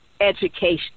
education